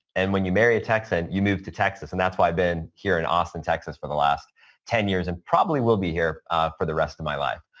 and when you marry a texan, you move to texas, and that's why i've been here in austin, texas for the last ten years and probably will be here for the rest of my life.